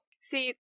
See